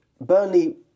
Burnley